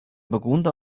burgunder